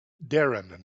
darren